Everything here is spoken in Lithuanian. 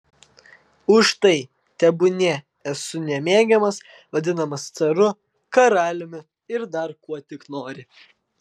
už tai tebūnie esu nemėgiamas vadinamas caru karaliumi ir dar kuo tik nori